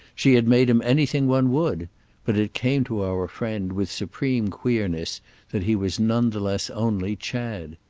she had made him anything one would but it came to our friend with supreme queerness that he was none the less only chad.